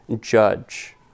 judge